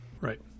right